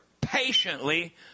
patiently